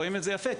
רואים את זה יפה,